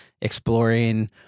exploring